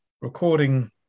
recording